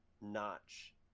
notch